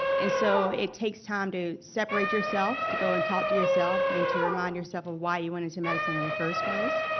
and so it takes time to separate yourself, to go and talk to yourself, and to remind yourself of why you went into medicine in the first place.